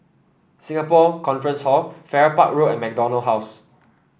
Singapore Conference Hall Farrer Park Road and MacDonald House